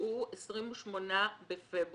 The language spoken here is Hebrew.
יקראו 28 בפברואר.